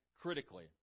critically